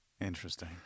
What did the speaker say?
interesting